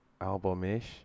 album-ish